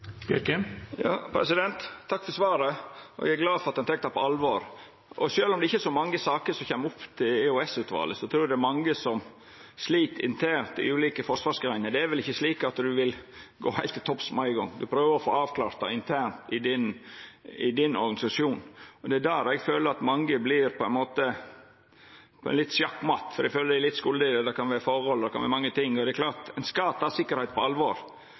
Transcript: Takk for svaret. Eg er glad for at ein tek det på alvor. Sjølv om det ikkje er så mange saker som kjem opp til EOS-utvalet, trur eg det er mange som slit internt i ulike forsvarsgreiner. Det er vel ikkje slik at ein vil gå heilt til topps med ein gong – ein prøver å få avklart det internt i organisasjonen sin. Det er der eg føler at mange på ein måte vert sjakk matt, fordi dei føler dei er litt skuldige, det kan vera forhold, det kan vera mange ting. Det er klart at ein skal ta sikkerheit på alvor,